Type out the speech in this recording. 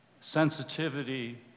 sensitivity